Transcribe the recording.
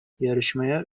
yarışmaya